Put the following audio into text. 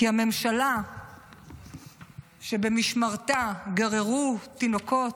כי הממשלה שבמשמרתה גררו תינוקות,